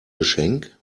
geschenk